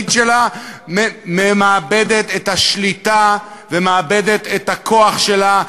שלה מאבדת את השליטה ומאבדת את הכוח שלה.